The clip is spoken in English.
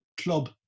club